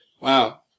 Wow